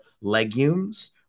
legumes